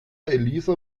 elisa